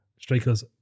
strikers